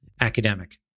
academic